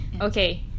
Okay